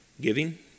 giving